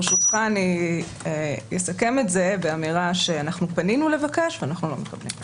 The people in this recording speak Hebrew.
ברשותך אסכם באמירה שפנינו לבקש ואנחנו לא מקבלים.